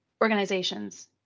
organizations